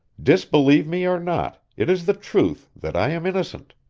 disbelieve me or not, it is the truth that i am innocent.